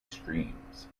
streams